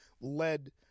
led